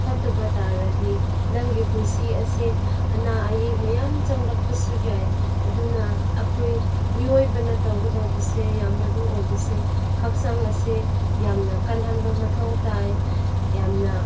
ꯐꯠꯇꯕ ꯇꯥꯔꯗꯤ ꯅꯪꯒꯤ ꯄꯨꯟꯁꯤ ꯑꯁꯦ ꯑꯅꯥ ꯑꯌꯦꯛ ꯃꯌꯥꯝ ꯆꯪꯂꯛꯄꯁꯨ ꯌꯥꯏ ꯑꯗꯨꯅ ꯑꯩꯈꯣꯏ ꯃꯤꯑꯣꯏꯕꯅ ꯇꯧꯒꯗꯧꯕꯁꯦ ꯌꯥꯝꯅ ꯃꯔꯨ ꯑꯣꯏꯕꯁꯦ ꯍꯥꯛꯆꯥꯡ ꯑꯁꯦ ꯌꯥꯝꯅ ꯀꯜꯍꯟꯕ ꯃꯊꯧ ꯇꯥꯏ ꯌꯥꯝꯅ